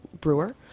brewer